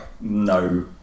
no